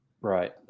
Right